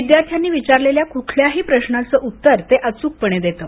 विद्यार्थ्यांनी विचारलेल्या कुठल्याही प्रश्नाचं उत्तर ते अचूकपणे देतं